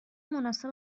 مناسب